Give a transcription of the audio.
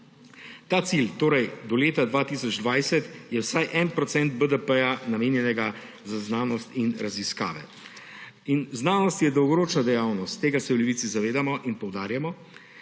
Ta cilj, torej do leta 2020, je vsaj en procent BDP namenjenega za znanost in raziskave. Znanost je dolgoročna dejavnost, tega se v Levici zavedamo in poudarjamo.